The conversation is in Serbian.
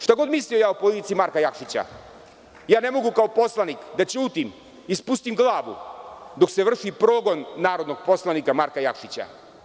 Šta god mislio o policiji Marka Jakšića, ne mogu kao poslanik da ćutim i spustim glavu dok se vrši progon narodnog poslanika Marka Jakšić.